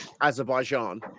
Azerbaijan